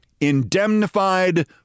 Indemnified